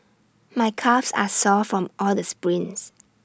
my calves are sore from all the sprints